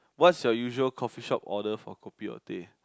what's your usual coffeeshop order for kopi or teh